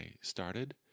started